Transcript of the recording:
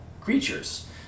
creatures